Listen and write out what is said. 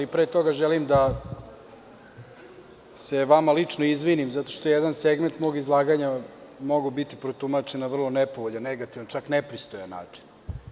Pre toga, želim da se vama lično izvinim zato što je jedan segment mog izlaganja mogao biti protumačen na vrlo nepovoljan, negativan, čak nepristojan način.